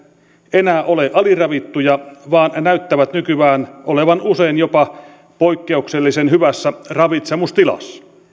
enää ole aliravittuja vaan näyttävät nykyään olevan usein jopa poikkeuksellisen hyvässä ravitsemustilassa